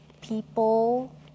people